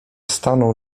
stanął